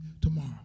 tomorrow